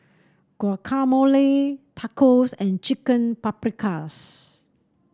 Guacamole Tacos and Chicken Paprikas